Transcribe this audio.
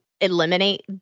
eliminate